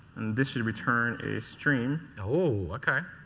and this should return a stream. oh, okay.